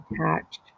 attached